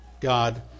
God